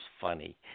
funny